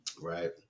right